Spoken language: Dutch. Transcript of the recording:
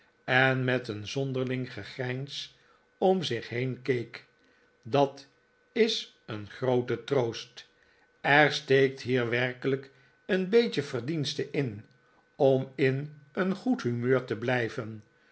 en met een zonderling gegrijns om zich heen keek dat is een groote troost er steekt hier werkelijk een beetje verdienste in om in een goed humeur te blijven